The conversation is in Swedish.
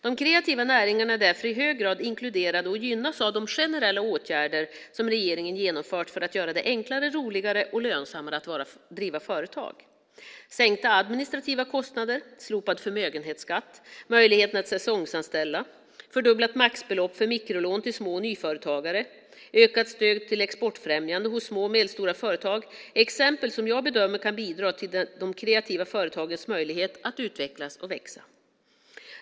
De kreativa näringarna är därför i hög grad inkluderade och gynnas av de generella åtgärder som regeringen genomfört för att göra det enklare, roligare och lönsammare att driva företag. Sänkta administrativa kostnader, slopad förmögenhetsskatt, möjligheten att säsongsanställa, fördubblat maxbelopp för mikrolån till små och nyföretagare, ökat stöd till exportfrämjande hos små och medelstora företag är exempel som jag bedömer kan bidra till de kreativa företagens möjlighet att utvecklas och växa.